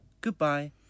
Goodbye